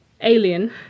Alien